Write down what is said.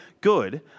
good